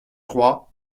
trois